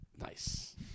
Nice